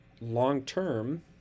long-term